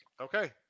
Okay